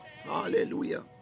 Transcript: Hallelujah